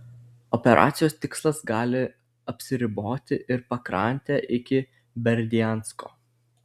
operacijos tikslas gali apsiriboti ir pakrante iki berdiansko